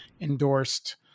endorsed